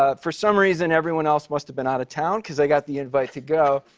ah for some reason, everyone else must have been out of town, cause i got the invite to go.